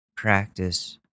practice